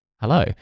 Hello